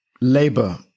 Labor